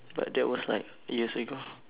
but that was like years ago